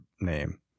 name